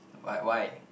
what why